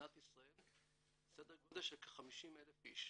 במדינת ישראל סדר גודל של כ-50,000 איש.